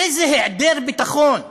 איזה היעדר ביטחון.